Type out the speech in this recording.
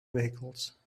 vehicles